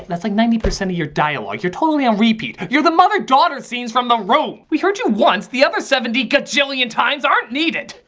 that's like ninety percent of your dialogue. you're totally on repeat. you're the mother daughter scenes from the room! we heard you once, the other seventy gajillion times aren't needed!